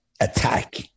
attack